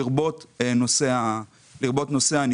לרבות נושא הניטור.